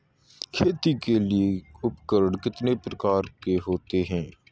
खेती के लिए उपकरण कितने प्रकार के होते हैं?